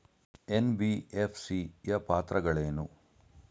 NBFC ಯ ಪಾತ್ರಗಳೇನು?